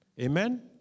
Amen